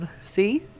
See